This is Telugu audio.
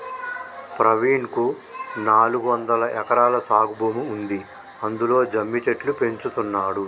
ప్రవీణ్ కు నాలుగొందలు ఎకరాల సాగు భూమి ఉంది అందులో జమ్మి చెట్లు పెంచుతున్నాడు